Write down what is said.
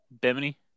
Bimini